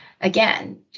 again